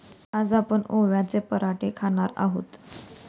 आज आपण ओव्याचे पराठे खाणार आहोत